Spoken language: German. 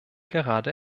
gerade